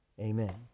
Amen